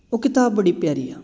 ਉਹ ਕਿਤਾਬ ਬੜੀ ਪਿਆਰੀ ਆ